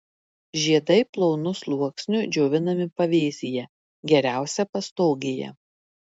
žiedai plonu sluoksniu džiovinami pavėsyje geriausia pastogėje